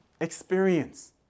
experience